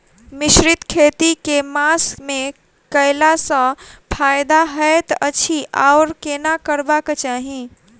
मिश्रित खेती केँ मास मे कैला सँ फायदा हएत अछि आओर केना करबाक चाहि?